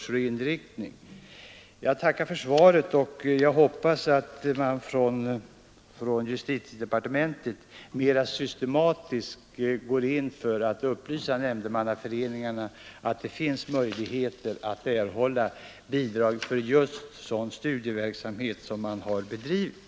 Jag tackar än en gång för svaret och hoppas att justitiedepartementet mera systematiskt går in för att upplysa nämndemannaföreningarna om att det finns möjligheter att erhålla bidrag för just sådan studieverksamhet som dessa föreningar har bedrivit.